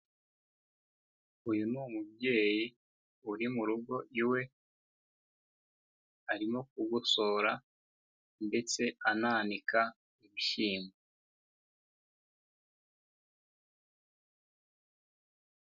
Uyu ni umubyeyi uri mu rugo iwe, arimo kugosora ndetse ananika ibishyimbo.